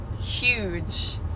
huge